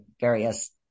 various